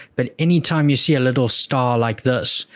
but anytime you see a little star like this,